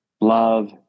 Love